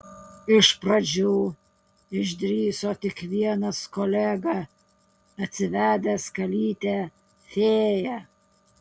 iš pradžių išdrįso tik vienas kolega atsivedęs kalytę fėją